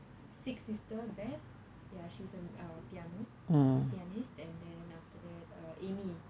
sick sister beth she's a piano a pianist then after that amy